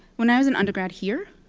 when i was an undergrad here,